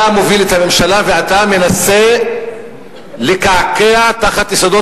אתה מוביל את הממשלה ואתה מנסה לקעקע את יסודות